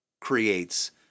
creates